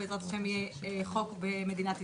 בעזרת השם יהיה חוק במדינת ישראל.